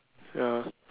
ya